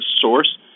source